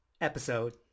episode